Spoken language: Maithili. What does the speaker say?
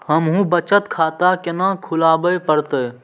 हमू बचत खाता केना खुलाबे परतें?